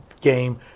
game